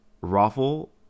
raffle